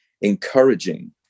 encouraging